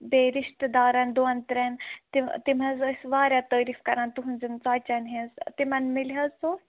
بیٚیہِ رِشتہٕ دارَن دۄن ترٛٮ۪ن تِم تِم حظ ٲسۍ واریاہ تٲریٖف کَران تُہٕنٛزن ژۄچَن ہٕنٛز تِمَن میلہِ حظ ژوٚٹ